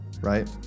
right